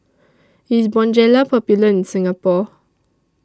IS Bonjela Popular in Singapore